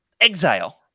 Exile